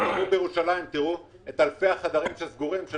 תסתכלו רק בירושלים על אלפי החדרים שסגורים של